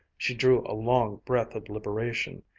she drew a long breath of liberation.